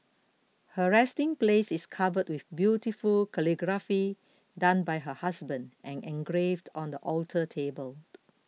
her resting place is covered with beautiful calligraphy done by her husband and engraved on the alter table